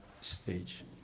stage